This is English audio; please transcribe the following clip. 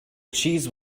cheese